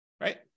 right